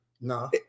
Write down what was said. No